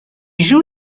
joue